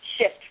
shift